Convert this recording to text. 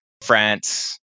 France